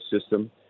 system